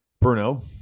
Bruno